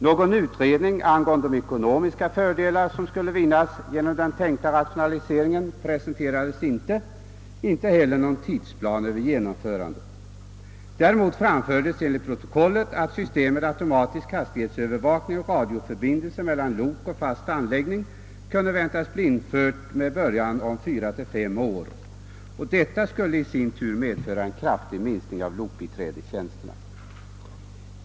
Någon utredning angående de ekonomiska fördelar som skulle vinnas genom den tänkta rationaliseringen presenterades inte — inte heller någon tidsplan för genomförandet. Däremot framfördes enligt protokollet att systemet med automatisk hastighetsövervakning och radioförbindelse mellan lok och fast anläggning kunde väntas bli infört med början om 4—5 år, vilket i sin tur skulle medföra en kraftig minskning av lokbiträdestjänsterna.